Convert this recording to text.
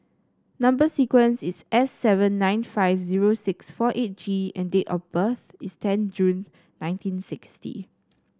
number sequence is S seven nine five zero six four eight G and date of birth is ten June nineteen sixty